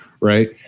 right